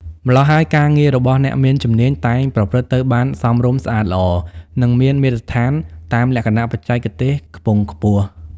ម្ល៉ោះហើយការងាររបស់អ្នកមានជំនាញតែងប្រព្រឹត្តទៅបានសមរម្យស្អាតល្អ និងមានមាត្រដ្ឋានតាមលក្ខណៈបច្ចេកទេសខ្ពង់ខ្ពស់ ។